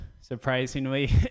surprisingly